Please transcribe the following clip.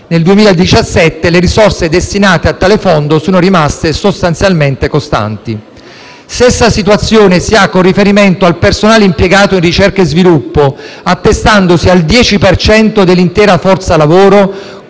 Nel 2017, le risorse destinate a tale fondo sono rimaste sostanzialmente costanti. Stessa situazione si ha con riferimento al personale impiegato in ricerca e sviluppo, che si attesta al 10 per cento dell'intera forza lavoro,